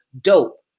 dope